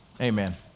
Amen